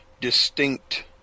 distinct